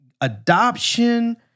adoption